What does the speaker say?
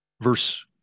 Verse